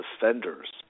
defenders